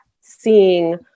seeing